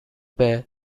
bears